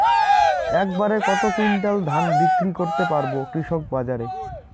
এক বাড়ে কত কুইন্টাল ধান বিক্রি করতে পারবো কৃষক বাজারে?